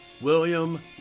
William